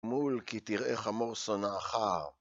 מול כי תראה חמור שונאך